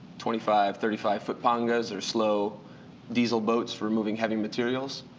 twenty five, thirty five foot pangas or slow diesel boats for moving heavy materials.